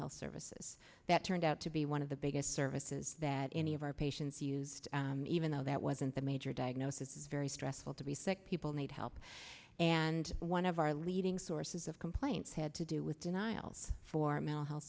health services that turned out to be one of the biggest services that any of our patients used even though that wasn't the major diagnosis very stressful to be sick people need help and one of our leading sources of complaints had to do with denials for mental health